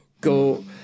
Go